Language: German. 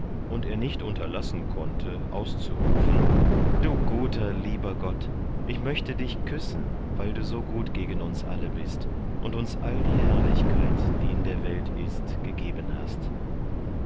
und er nicht unterlassen konnte auszurufen du guter lieber gott ich möchte dich küssen weil du so gut gegen uns alle bist und uns all die herrlichkeit die in der welt ist gegeben hast